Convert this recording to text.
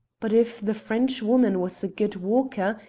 but if the frenchwoman was a good walker,